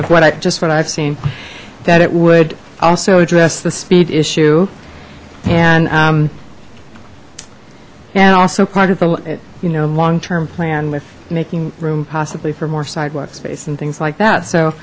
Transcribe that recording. of what i've just what i've seen that it would also address the speed issue and and also part of the you know long term plan with making room possibly for more sidewalk space and things like that so